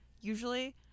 usually